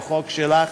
בחוק שלך,